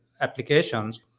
applications